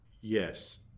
yes